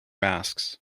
masks